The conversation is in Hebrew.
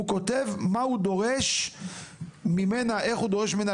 הוא כותב מה הוא דורש ממנה ואיך הוא דורש ממנה